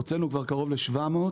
הוצאנו כבר קרוב ל-700,